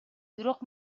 бирок